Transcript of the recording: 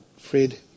Fred